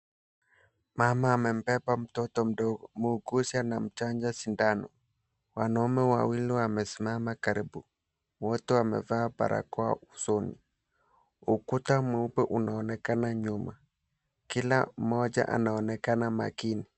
Mama amembeba mtoto mdogo, muuguzi anamchananja sindano. Wanaume wawili wamesimama karibu wote wamevaa barakoa usoni. Ukuta mweupe unaonekana nyuma kila mmoja anaonekana makini.